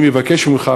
אני מבקש ממך,